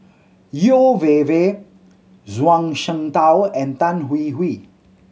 Yeo Wei Wei Zhuang Shengtao and Tan Hwee Hwee